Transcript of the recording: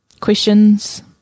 questions